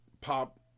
pop